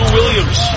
Williams